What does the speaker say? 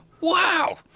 wow